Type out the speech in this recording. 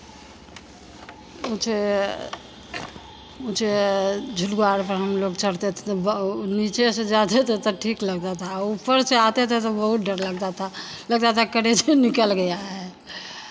मुझे मुझे झूलूवा आर पर हमलोग चढ़ते थे तो नीचे से जाते थे तो ठीक लगता था ऊपर से आते थे तो बहुत डर लगता था लगता था कि कलेजे निकल गया है